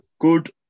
good